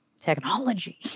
technology